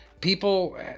people